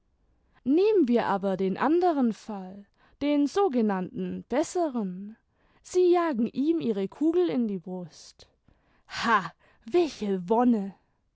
nehmen wir aber den anderen fall den so genannten besseren sie jagen ihm ihre kugel in die brust ha welche wonne